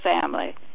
family